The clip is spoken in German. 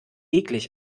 eklig